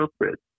interpret